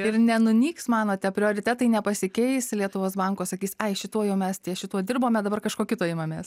ir nenunyks manote prioritetai nepasikeis lietuvos banko sakys ai šituo jau mes ties šituo dirbome dabar kažko kito imamės